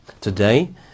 today